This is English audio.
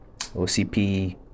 OCP